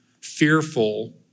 fearful